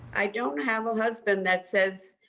i don't have a husband that says,